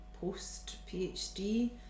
post-PhD